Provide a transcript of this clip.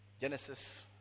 Genesis